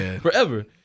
forever